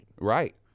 Right